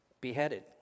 beheaded